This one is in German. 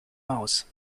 maus